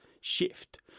shift